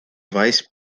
vice